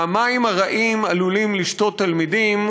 מהמים הרעים עלולים לשתות תלמידים,